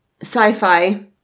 sci-fi